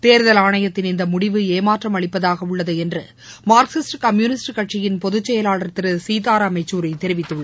தேர்தல் ஆணையத்தின் இந்தமுடிவு ஏமாற்றம் அளிப்பதாகஉள்ளதுஎன்றுமார்க்சிஸ்ட் கம்யுனிஸ்ட் கட்சியின் பொதுச் செயலாளர் திருசீதாராம் யெச்சூரிதெரிவித்துள்ளார்